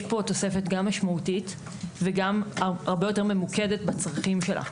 יש פה תוספת גם משמעותית וגם הרבה יותר ממוקדת בצרכים שלה.